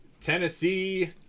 Tennessee